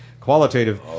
qualitative